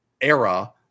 era